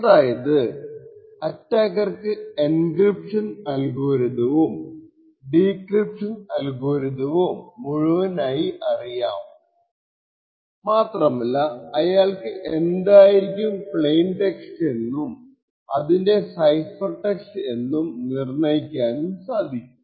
അതായത് അറ്റാക്കർക്കു എൻക്രിപ്ഷൻ അൽഗോരിതവും ഡീക്രിപ്ഷൻ അൽഗോരിതവും മുഴുവനായി അറിയാം മാത്രമല്ല ആയാൾക്കു എന്തായിരിക്കും പ്ലെയിൻ ടെക്സ്റ്റ് അതിന്റെ സൈഫർ ടെക്സ്റ്റ് എന്നും നിർണയിക്കാനും സാധിക്കും